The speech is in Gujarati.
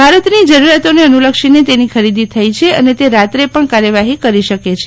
ભારતની જરૂરિયાતોને અનુલક્ષીને તેની ખરીદી થઈ છે અને તે રાત્રે પણ કાર્યવાહી કરી શકે છે